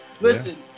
Listen